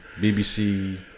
BBC